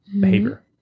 behavior